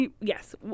Yes